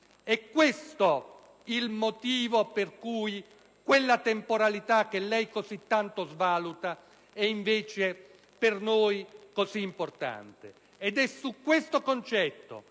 È questo il motivo per cui quella temporalità che lei così tanto svaluta è invece per noi così importante. Ed è su questo concetto